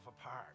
apart